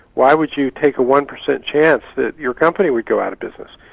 why would you take a one percent chance that your company would go out of business?